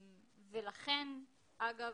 ולכן, אגב,